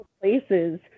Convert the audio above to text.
places